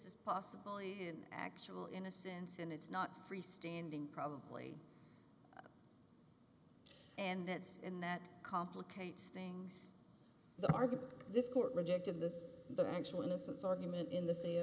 is possible in actual innocence and it's not free standing probably and that's and that complicates things the argument this court rejected this the actual innocence argument in the ci